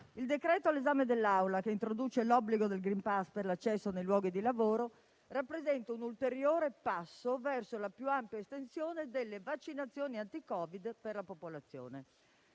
Il decreto-legge all'esame dell'Assemblea, che introduce l'obbligo del *green pass* per l'accesso nei luoghi di lavoro, rappresenta un ulteriore passo verso la più ampia estensione delle vaccinazioni anti-Covid per la popolazione.